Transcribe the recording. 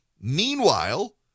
Meanwhile